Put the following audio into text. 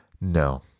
No